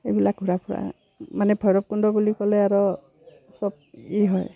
এইবিলাক ঘূৰা ফুৰা মানে ভৈৰৱকুণ্ড বুলি ক'লে আৰু চবেই হয়